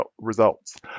results